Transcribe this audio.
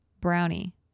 Brownie